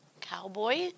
cowboy